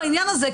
בדבר הזה,